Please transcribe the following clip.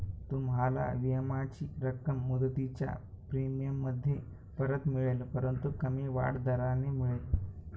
तुम्हाला विम्याची रक्कम मुदतीच्या प्रीमियममध्ये परत मिळेल परंतु कमी वाढ दराने मिळेल